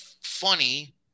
funny